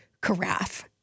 carafe